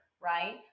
right